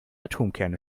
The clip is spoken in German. atomkerne